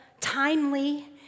timely